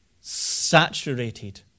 saturated